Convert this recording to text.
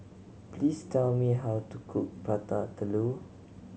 please tell me how to cook Prata Telur